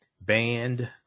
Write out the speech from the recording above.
Banned